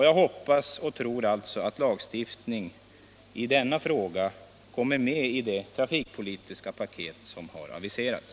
Jag hoppas och tror alltså att en lagstiftning i denna fråga kommer med i det trafikpolitiska paket som har aviserats.